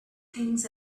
things